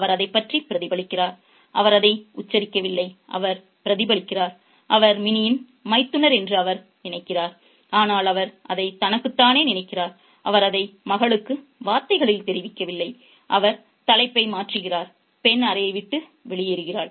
அவர் அதைப் பற்றி பிரதிபலிக்கிறார் அவர் அதை உச்சரிக்கவில்லை அவர் பிரதிபலிக்கிறார் அவர் மினியின் மைத்துனர் என்று அவர் நினைக்கிறார் ஆனால் அவர் அதை தனக்குத்தானே நினைக்கிறார் அவர் அதை மகளுக்கு வார்த்தைகளில் தெரிவிக்கவில்லை அவர் தலைப்பை மாற்றுகிறார் பெண் அறையை விட்டு வெளியேறுகிறாள்